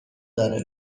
داره